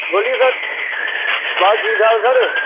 बोलिए सर बस ठीक ठाक सर